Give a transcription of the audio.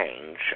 change